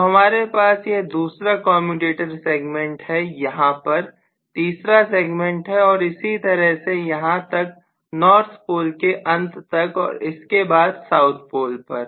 तो हमारे पास यह दूसरा कमयुटेटर सेगमेंट है यहां पर तीसरा सेगमेंट है और इसी तरह से यहां तक नॉर्थ पोल के अंत तक और इसके बाद साउथ पोल पर